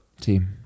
Team